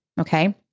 Okay